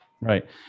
Right